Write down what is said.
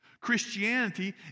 Christianity